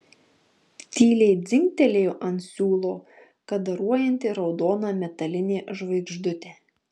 tyliai dzingtelėjo ant siūlo kadaruojanti raudona metalinė žvaigždutė